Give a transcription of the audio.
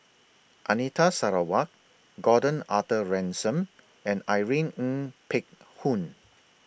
Anita Sarawak Gordon Arthur Ransome and Irene Ng Phek Hoong